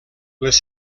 les